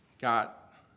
got